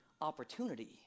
opportunity